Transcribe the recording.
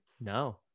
No